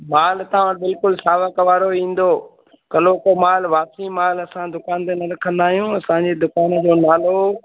माल तव्हां वटि बिल्कुलु सावा कवारो ईंदो कल्हो को माल वापिसी माल असां दुकानु ते न रखंदा आहियूं असांजे दुकानु जो नालो